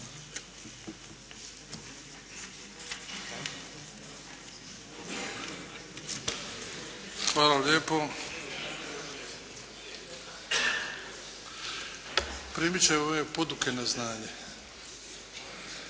Hvala lijepo. Primit ćemo ove poduke na znanje.